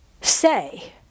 say